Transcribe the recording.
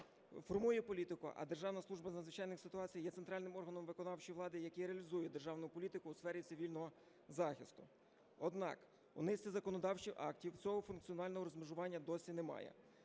формує політику, а Державна служба з надзвичайних ситуацій є центральним органом виконавчої влади, який реалізує державну політику у сфері цивільного захисту. Однак, у низці законодавчих актів цього функціонального розмежування досі не має.